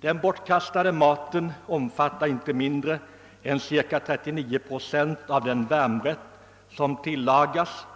Den bortkastade maten omfattade inte mindre än cirka 39 procent av den varmrätt som tillagats.